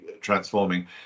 transforming